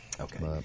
Okay